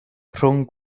rhwng